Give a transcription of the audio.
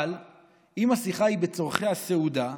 אבל אם השיחה היא בצורכי הסעודה,